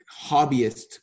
hobbyist